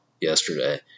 yesterday